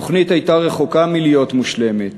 התוכנית הייתה רחוקה מלהיות מושלמת.